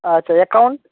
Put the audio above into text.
আচ্ছা অ্যাকাউন্ট